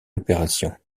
l’opération